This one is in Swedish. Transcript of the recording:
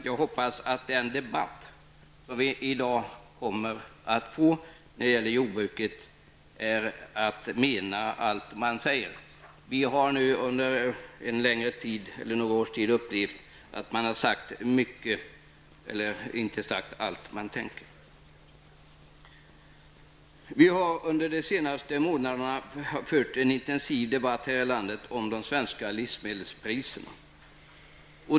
Jag hoppas att vi i den debatt som vi i dag kommer att föra om jordbruket kommer att mena allt vi säger. Vi har nu under några års tid upplevt att man har sagt mycket men inte allt man tänker. Under de senaste månaderna har det förts en intensiv debatt här i landet om de svenska livsmedelspriserna.